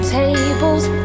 tables